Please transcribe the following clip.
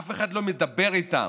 אף אחד לא מדבר איתם,